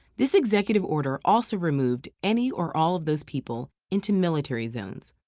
this executive order also removed any or all of those people into military zones,